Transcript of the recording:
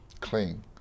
clean